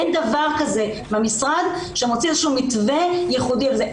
אין דבר כזה מהמשרד שמוציא איזה שהוא מתווה ייחודי על זה.